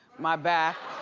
my back?